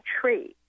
tree